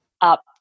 up